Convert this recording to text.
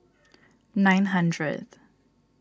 nine hundreds